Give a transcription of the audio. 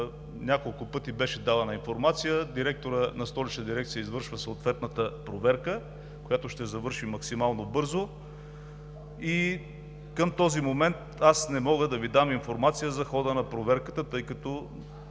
няколко пъти беше давана информация. Директорът на Столична дирекция извършва съответната проверка, която ще завърши максимално бързо. Към този момент аз не мога да Ви дам информация за хода на проверката, тъй като